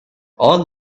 all